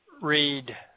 read